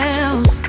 else